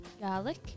garlic